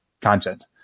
content